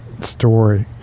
story